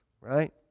right